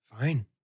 Fine